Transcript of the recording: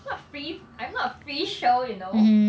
I'm not a free I'm not a free show you know